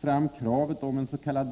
fram kravet om ens.k.